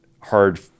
hard